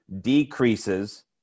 decreases